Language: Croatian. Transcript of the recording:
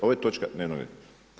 Ovo je točka dnevnog reda.